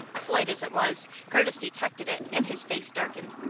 slight as it was, curtis detected it, and his face darkened.